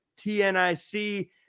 tnic